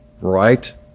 right